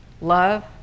love